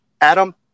Adam